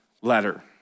letter